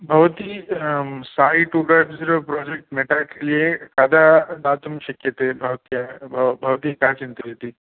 भवती साइ two dot zero मेटा के लिये कदा दातुं शक्यते भवत्या भवती का चिन्तयति